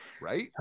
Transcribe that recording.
Right